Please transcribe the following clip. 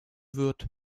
wird